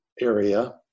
area